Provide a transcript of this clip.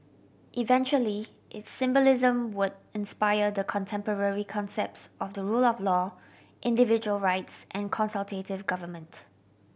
eventually its symbolism would inspire the contemporary concepts of the rule of law individual rights and consultative government